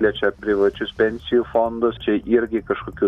liečia privačius pensijų fondus čia irgi kažkokių